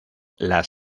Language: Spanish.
las